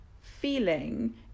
feeling